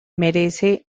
merece